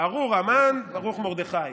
"ארור המן, ברוך מרדכי,